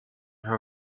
her